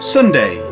Sunday